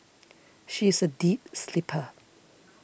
she is a deep sleeper